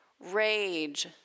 rage